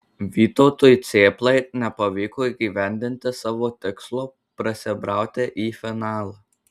vytautui cėplai nepavyko įgyvendinti savo tikslo prasibrauti į finalą